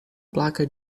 placa